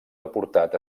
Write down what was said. deportat